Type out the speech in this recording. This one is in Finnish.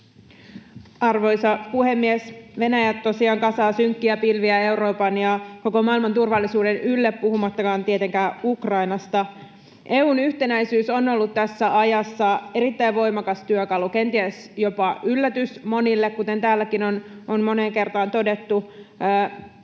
Arvoisa puhemies! Venäjä tosiaan kasaa synkkiä pilviä Euroopan ja koko maailman turvallisuuden ylle, puhumattakaan tietenkään Ukrainasta. EU:n yhtenäisyys on ollut tässä ajassa erittäin voimakas työkalu, kenties jopa yllätys monille, kuten täälläkin on moneen kertaan todettu.